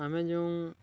ଆମେ ଯେଉଁ